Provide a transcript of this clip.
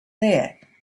there